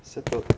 settled